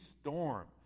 storm